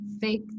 fake